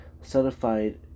certified